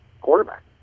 quarterback